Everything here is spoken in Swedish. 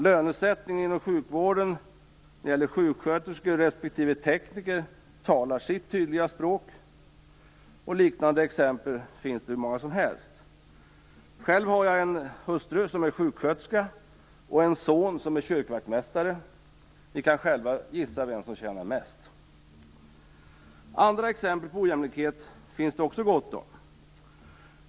Lönesättning inom sjukvården när det gäller sjuksköterskor respektive tekniker talar sitt tydliga språk. Liknande exempel finns det hur många som helst. Själv har jag en hustru som är sjuksköterska och en son som är kyrkvaktmästare. Ni kan själva gissa vem som tjänar mest. Andra exempel på ojämlikhet finns det också gott om.